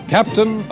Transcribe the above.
Captain